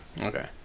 Okay